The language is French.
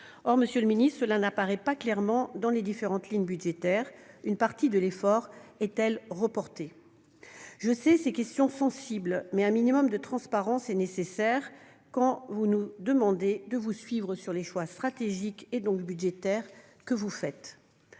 Or, monsieur le ministre, cela n'apparaît pas clairement dans les différentes lignes budgétaires. Une partie de l'effort est-elle reportée ? Je sais ces questions sensibles, mais un minimum de transparence est nécessaire quand vous nous demandez de vous suivre sur les choix stratégiques et donc budgétaires que vous faites.